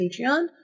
Patreon